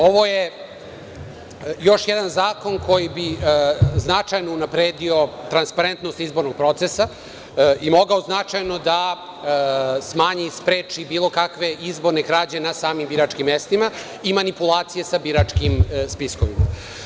Ovo je još jedan zakon koji bi značajno unapredio transparentnost izbornog procesa i mogao bi značajno sa spreči bilo kakve izborne krađe na samim biračkim mestima i manipulacije sa biračkim spiskovima.